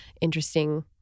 interesting